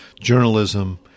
journalism